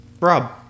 rob